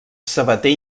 sabater